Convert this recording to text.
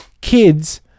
kids